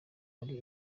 muri